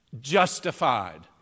justified